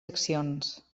accions